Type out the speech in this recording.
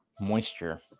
moisture